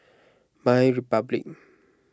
MyRepublic